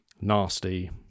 nasty